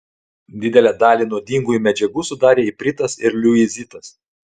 didelę dalį nuodingųjų medžiagų sudarė ipritas ir liuizitas